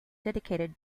dedicated